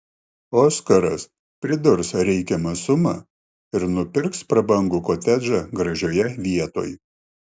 oskaras pridurs reikiamą sumą ir nupirks prabangų kotedžą gražioje vietoj